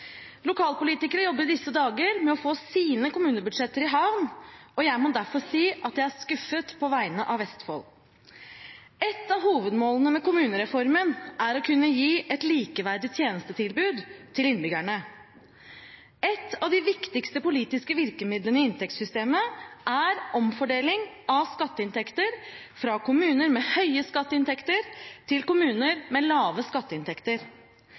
Lokalpolitikere jobber i disse dager med å få sine kommunebudsjetter i havn, og jeg må derfor si at jeg er skuffet på vegne av Vestfold. Et av hovedmålene med kommunereformen er å kunne gi et likeverdig tjenestetilbud til innbyggerne. Et av de viktigste politiske virkemidlene i inntektssystemet er omfordeling av skatteinntekter fra kommuner med høye skatteinntekter til kommuner med lave skatteinntekter.